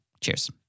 Cheers